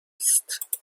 است